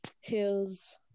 hills